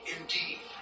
Indeed